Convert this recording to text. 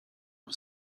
nog